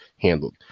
handled